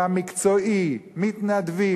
מתנדבים,